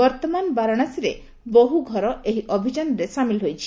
ବର୍ତ୍ତମାନ ବାରାଣସୀରେ ବହୁ ଘର ଏହି ଅଭିଯାନରେ ସାମିଲ୍ ହୋଇଛି